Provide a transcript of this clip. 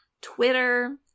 Twitter